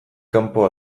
kanpo